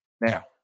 now